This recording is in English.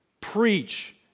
preach